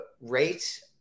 rate